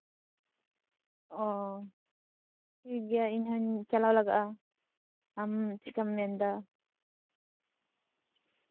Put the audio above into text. ᱚ ᱴᱷᱤᱠᱜᱮᱭᱟ ᱤᱧ ᱦᱩᱧ ᱪᱟᱞᱟᱣ ᱞᱮᱜᱟᱜᱼᱟ ᱟᱢ ᱪᱮᱫᱠᱟᱢ ᱢᱮᱱᱫᱟ